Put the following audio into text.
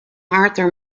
arthur